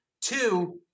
Two